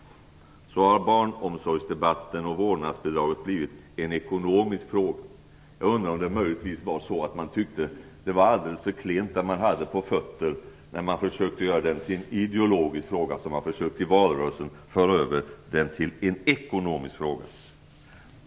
Så har barnomsorgsdebatten och vårdnadsbidraget blivit en ekonomisk fråga. Jag undrar om det möjligtvis var så att man tyckte att man hade alldeles för klent på fötter när man försökte göra den till en ideologisk fråga, som man gjorde i valrörelsen. Då gjorde man den till en ekonomisk fråga.